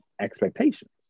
expectations